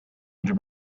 under